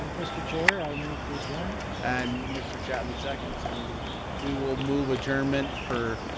mr. chair, i move to adjourn. and, mr. chapman seconds and we will move adjournment for,